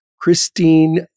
Christine